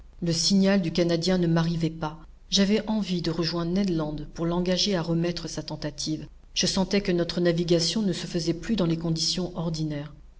le signal du canadien ne m'arrivait pas j'avais envie de rejoindre ned land pour l'engager à remettre sa tentative je sentais que notre navigation ne se faisait plus dans les conditions ordinaires